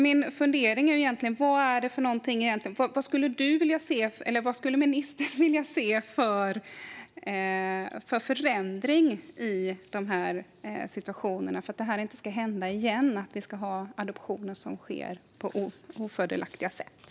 Min fundering är: Vad skulle ministern vilja se för förändring i de här situationerna för att det inte ska hända igen att vi har adoptioner som sker på ofördelaktiga sätt?